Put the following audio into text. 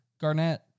Garnett